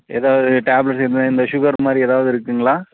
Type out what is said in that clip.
ஏதாவது டேப்லட் இதுமாதிரி இந்த ஷுகர் மாதிரி ஏதாவது இருக்குங்களா